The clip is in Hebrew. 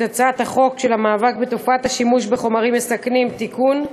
הצעת חוק המאבק בתופעת השימוש בחומרים מסכנים (תיקון),